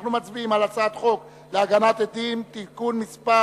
אנחנו מצביעים על הצעת חוק להגנה על עדים (תיקון מס'